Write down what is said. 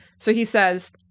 so he says,